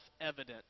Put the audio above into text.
evident